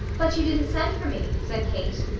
but you didn't send for me, said kate.